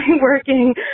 working